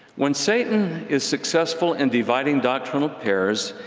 when satan is successful in dividing doctrinal pairs,